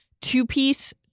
two-piece